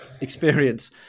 experience